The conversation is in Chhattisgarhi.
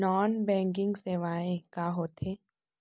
नॉन बैंकिंग सेवाएं का होथे?